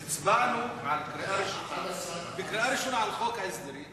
למה אתה אומר שנים-עשרה